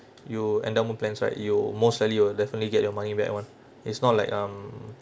you endowment plans right you're most likely you will definitely get your money back one it's not like um